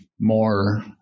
more